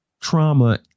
trauma